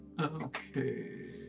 Okay